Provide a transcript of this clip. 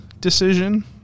decision